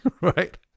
Right